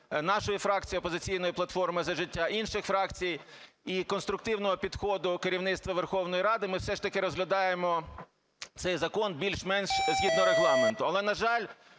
нашої фракції "Опозиційної платформи – За життя", інших фракцій і конструктивного підходу керівництва Верховної Ради ми все ж таки розглядаємо цей закон більш-менш згідно Регламенту. Але, на жаль,